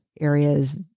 areas